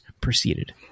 proceeded